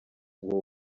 ngo